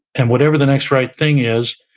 and whatever the next right thing is,